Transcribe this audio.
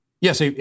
yes